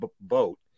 boat